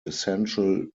essential